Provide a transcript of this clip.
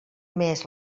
més